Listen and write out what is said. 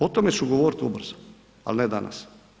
O tome ću govoriti ubrzo ali ne danas.